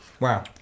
Wow